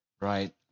right